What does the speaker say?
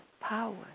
power